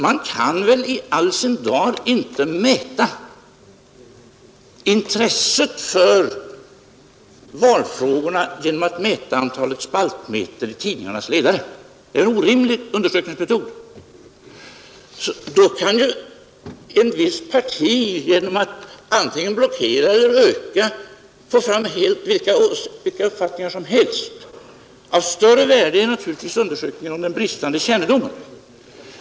Man kan väl i all sin dar inte mäta intresset för valfrågorna genom att mäta antalet spaltmeter i tidningarnas ledare? Det är en orimlig undersökningsmetod. Då kan ju ett visst parti genom att antingen blockera valfrågorna eller öka antalet ledare om dem få fram vilka uppfattningar som helst. Av större värde är naturligtvis undersökningarna om den bristande kännedomen.